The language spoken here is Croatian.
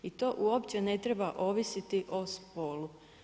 I to uopće ne treba ovisiti o spolu.